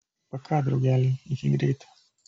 paka draugeliai iki greito